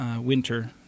winter